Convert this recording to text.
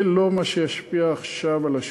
זה לא מה שישפיע עכשיו על השוק.